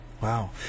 Wow